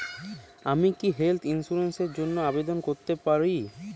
আমি কি health insurance র জন্য আবেদন করতে পারি?